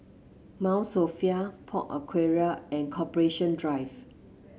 Mount Sophia Park Aquaria and Corporation Drive